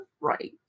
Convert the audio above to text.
right